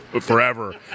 forever